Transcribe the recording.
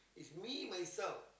is me myself